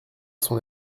son